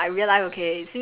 ya